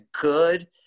good